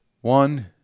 One